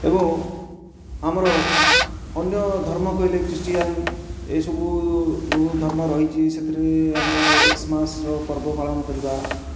ଏବଂ ଆମର ଅନ୍ୟ ଧର୍ମ କହିଲେ ଖ୍ରୀଷ୍ଟିୟାନ ଏହିସବୁ ଧର୍ମ ରହିଛି ସେଥିରେ ଆମର ଏକ୍ସମାସ୍ ର ପର୍ବ ପାଳନ କରିବା